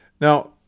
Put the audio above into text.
Now